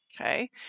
okay